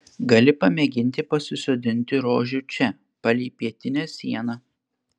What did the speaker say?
gali pamėginti pasisodinti rožių čia palei pietinę sieną